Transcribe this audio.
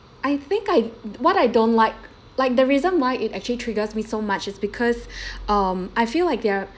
I think I what I don't like like the reason why it actually triggers me so much is because um I feel like they are